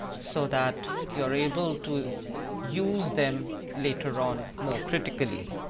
so that you are able to use them later on more critically.